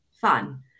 fun